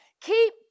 keep